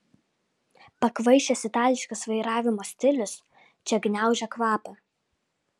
pakvaišęs itališkas vairavimo stilius čia gniaužia kvapą